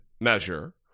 measure